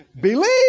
Believe